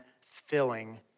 filling